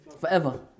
forever